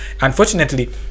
unfortunately